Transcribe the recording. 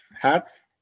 Hats